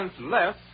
less